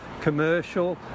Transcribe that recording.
commercial